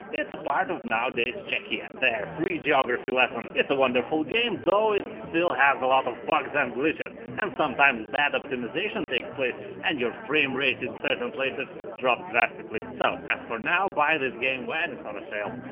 it's a part of nowadays czechia. there, free geography lesson. it's a wonderful game, though it still has a lot of bugs and glitches, and sometimes bad optimisation takes place and your framerate um in certain places drops drastically. so as for now, buy this game when it's on a sale.